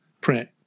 print